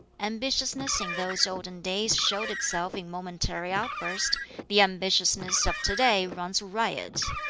ambitiousness in those olden days showed itself in momentary outburst the ambitiousness of to-day runs riot.